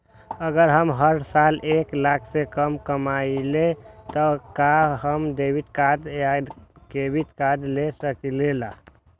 अगर हम हर साल एक लाख से कम कमावईले त का हम डेबिट कार्ड या क्रेडिट कार्ड ले सकीला?